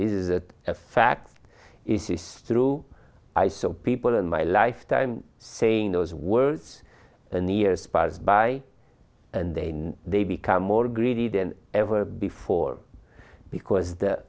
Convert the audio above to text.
is that a fact is true i saw people in my lifetime saying those words and the years pass by and then they become more greedy then ever before because the